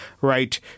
right